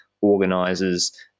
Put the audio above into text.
organizers